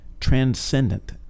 transcendent